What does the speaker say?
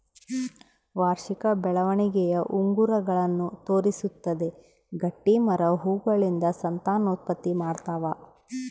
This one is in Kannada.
ವಾರ್ಷಿಕ ಬೆಳವಣಿಗೆಯ ಉಂಗುರಗಳನ್ನು ತೋರಿಸುತ್ತದೆ ಗಟ್ಟಿಮರ ಹೂಗಳಿಂದ ಸಂತಾನೋತ್ಪತ್ತಿ ಮಾಡ್ತಾವ